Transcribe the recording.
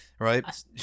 Right